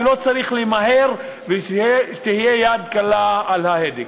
ולא צריך למהר ושתהיה יד קלה על ההדק.